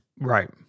Right